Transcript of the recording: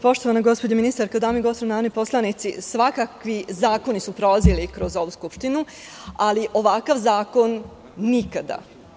Poštovana gospođo ministarka, dame i gospodo narodni poslanici, svakakvi zakoni su prolazili kroz ovu skupštinu, ali ovakav zakon nikada.